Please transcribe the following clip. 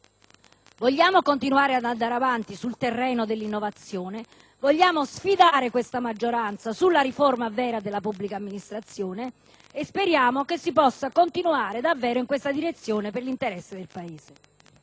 Vogliamo continuare ad andare avanti sul terreno dell'innovazione, vogliamo sfidare questa maggioranza su una vera riforma della pubblica amministrazione e speriamo che si possa continuare davvero in questa direzione per l'interesse del Paese.